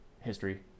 history